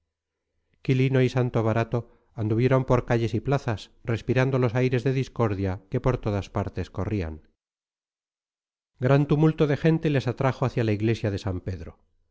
quilino y santo barato anduvieron por calles y plazas respirando los aires de discordia que por todas partes corrían gran tumulto de gente les atrajo hacia la iglesia de san pedro